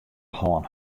hân